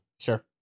Sure